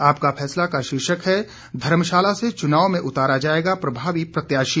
आपका फैसला का शीर्षक है धर्मशाला से चुनाव में उतारा जाएगा प्रभावी प्रत्याशी